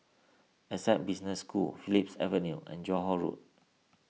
Essec Business School Phillips Avenue and Johore Road